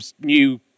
new